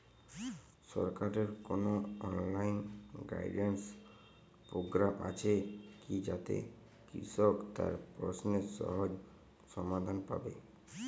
সরকারের কোনো online guidance programme আছে কি যাতে কৃষক তার প্রশ্নের সহজ সমাধান পাবে?